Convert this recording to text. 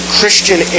Christian